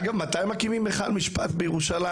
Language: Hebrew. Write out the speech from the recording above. מתי מקימים היכל בירושלים?